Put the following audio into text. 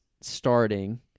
starting